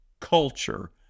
Culture